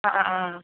ആ ആ ആ